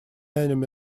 enemy